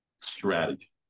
strategy